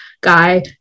guy